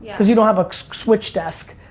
because you don't have a switch desk.